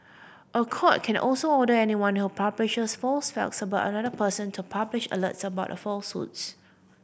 a court can also order anyone who publishes false facts about another person to publish alerts about the falsehoods